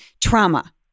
trauma